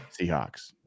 Seahawks